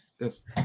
Yes